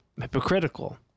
hypocritical